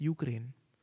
Ukraine